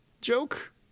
joke